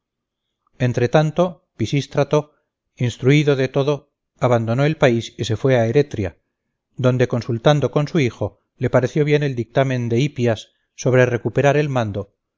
los amotinados entretanto pisístrato instruido de todo abandonó el país y se fue a eretria donde consultando con su hijo le pareció bien el dictamen de hipias sobre recuperar el mando